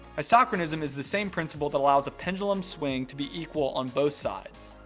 isochronism is the same principle that allows a pendulum's swing to be equal on both sides.